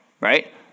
right